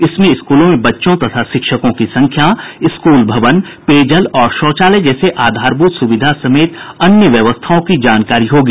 इसमें स्कूलों में बच्चों तथा शिक्षकों की संख्या स्कूल भवन पेयजल और शौचालय जैसे आधारभूत सुविधा समेत अन्य व्यवस्थाओं की जानकारी होगी